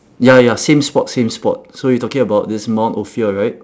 ya ya ya same spot same spot so you're talking about this mount ophir right